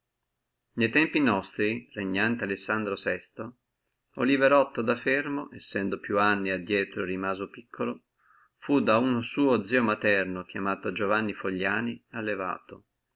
ne tempi nostri regnante lessandro liverotto da ermo sendo più anni innanzi rimaso piccolo fu da uno suo zio materno chiamato giovanni fogliani allevato